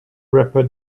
wrapper